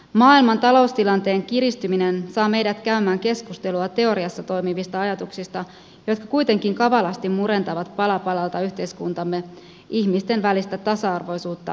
maailman taloustilanteen kiristyminen saa meidät käymään keskustelua teoriassa toimivista ajatuksista jotka kuitenkin kavalasti murentavat pala palalta yhteiskuntamme ihmisten välistä tasa arvoisuutta ja hyvinvoinnin tilaa